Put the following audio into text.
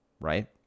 right